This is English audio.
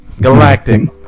Galactic